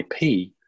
IP